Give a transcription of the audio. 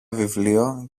βιβλίο